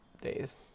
days